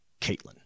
Caitlin